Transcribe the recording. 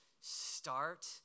Start